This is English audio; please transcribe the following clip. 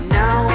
now